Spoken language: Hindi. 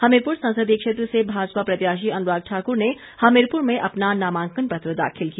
हमीरपुर संसदीय क्षेत्र से भाजपा प्रत्याशी अनुराग ठाकर ने हमीरपुर में अपना नामांकन पत्र दाखिल किया